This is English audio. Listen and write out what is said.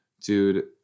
Dude